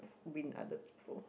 win other people